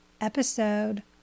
Episode